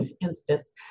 instance